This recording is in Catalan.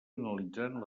analitzant